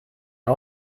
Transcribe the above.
sie